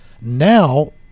Now